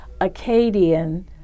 Acadian